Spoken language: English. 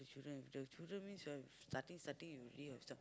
children the children means you all starting starting you really would have stop